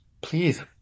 Please